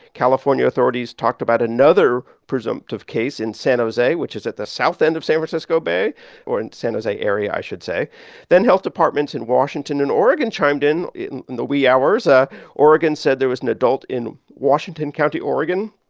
california authorities talked about another presumptive case in san jose, which is at the south end of san francisco bay or in san jose area, i should say then health departments in washington and oregon chimed in. in in the wee hours, ah oregon said there was an adult in washington county, ore,